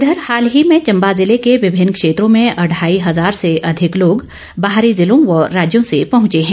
उधर हाल ही में चम्बा ज़िले के विभिन्न क्षेत्रों में अढ़ाई हज़ार से अधिक लोग बाहरी ज़िलों व राज्यों से पहुंचे हैं